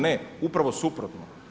Ne, upravo suprotno.